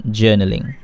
journaling